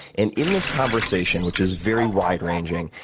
and in this conversation, which is very wide-ranging,